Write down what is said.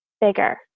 bigger